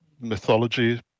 mythology